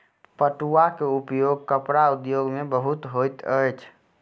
पटुआ के उपयोग कपड़ा उद्योग में बहुत होइत अछि